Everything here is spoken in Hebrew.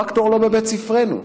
פקטור, לא בבית ספרנו.